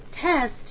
test